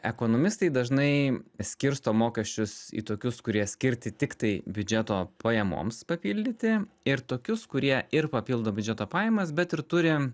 ekonomistai dažnai skirsto mokesčius į tokius kurie skirti tiktai biudžeto pajamoms papildyti ir tokius kurie ir papildo biudžeto pajamas bet ir turi